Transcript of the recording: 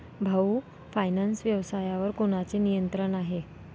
भाऊ फायनान्स व्यवसायावर कोणाचे नियंत्रण आहे?